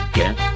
get